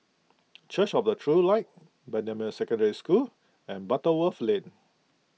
Church of the True Light Bendemeer Secondary School and Butterworth Lane